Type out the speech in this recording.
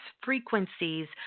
frequencies